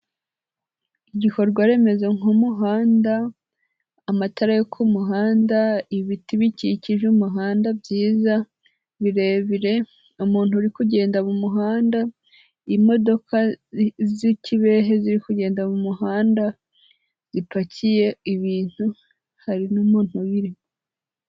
Igikorwa remezo nk'umuhanda, amatara yo ku muhanda, ibiti bikikije umuhanda byiza birebire, umuntu uri kugenda mu muhanda, imodoka z'ikibehe ziri kugenda mu muhanda, zipakiye ibintu, hari n'umuntu uyirimo.